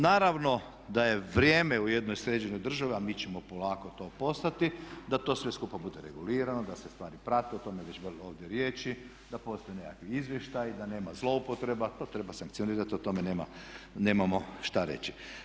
Naravno da je vrijeme u jednoj sređenoj državi a mi ćemo polako to postati da to sve skupa bude regulirano, da se stvari prate, o tome je već bilo ovdje riječi, da postoje nekakvi izvještaji, da nema zloupotreba, to treba sankcionirati, o tome nemamo šta reći.